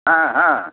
ହଁ ହଁ